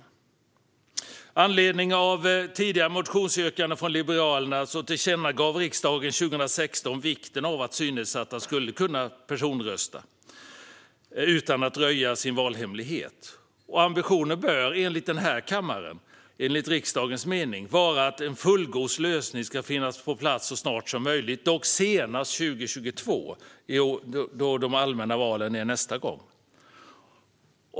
Med anledning av tidigare motionsyrkande från Liberalerna tillkännagav riksdagen 2016 vikten av att synnedsatta skulle kunna personrösta utan att röja sin valhemlighet. Och ambitionen bör enligt denna kammare, enligt riksdagens mening, vara att en fullgod lösning ska finnas på plats så snart som möjligt, dock senast 2022, då de allmänna valen är nästa gång.